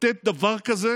לתת דבר כזה